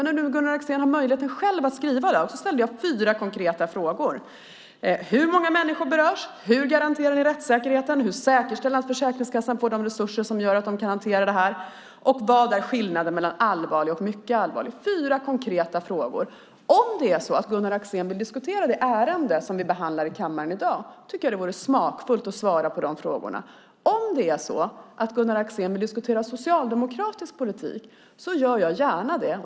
Nu när Gunnar Axén har haft möjlighet att själv skriva har jag ställt fyra konkreta frågor. Hur många människor berörs? Hur garanterar ni rättssäkerheten? Hur säkerställer ni att Försäkringskassan får de resurser som gör att de kan hantera detta? Vad är skillnaden mellan allvarlig och mycket allvarlig? Det är fyra konkreta frågor. Om Gunnar Axén vill diskutera det ärende vi behandlar i kammaren i dag vore det smakfullt om han svarade på frågorna. Om det är så att Gunnar Axén vill diskutera socialdemokratisk politik gör jag gärna det.